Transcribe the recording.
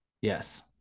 yes